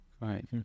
Right